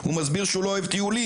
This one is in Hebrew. הוא מסביר שהוא לא אוהב טיולים,